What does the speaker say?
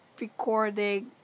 recording